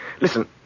Listen